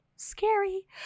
scary